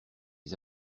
les